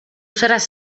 seràs